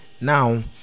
now